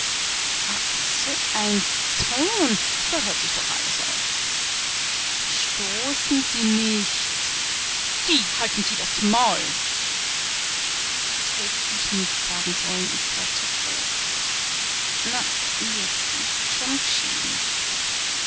so ein ton da hört sich doch alles auf stoßen sie nicht sie halten sie das maul das hätt ich nicht sagen sollen ich war zu grob na jetzt ist's schon g'scheh'n